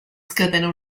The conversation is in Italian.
scatena